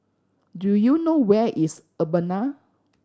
do you know where is Urbana